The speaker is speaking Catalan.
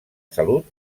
salut